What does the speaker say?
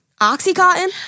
Oxycontin